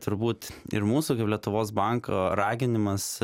turbūt ir mūsų lietuvos banko raginimas